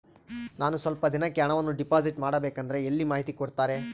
ನಾನು ಸ್ವಲ್ಪ ದಿನಕ್ಕೆ ಹಣವನ್ನು ಡಿಪಾಸಿಟ್ ಮಾಡಬೇಕಂದ್ರೆ ಎಲ್ಲಿ ಮಾಹಿತಿ ಕೊಡ್ತಾರೆ?